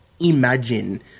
imagine